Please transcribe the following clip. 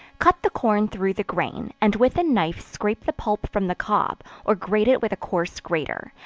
cut the corn through the grain, and with a knife scrape the pulp from the cob, or grate it with a coarse grater,